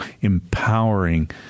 empowering